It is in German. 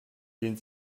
den